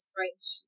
French